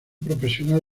profesional